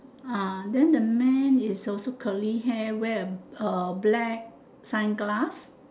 ah then the man is also curly hair wear a a black sunglass